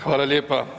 Hvala lijepa.